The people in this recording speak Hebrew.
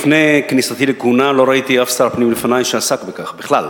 לפני כניסתי לכהונה לא ראיתי אף שר פנים לפני שעסק בכך בכלל.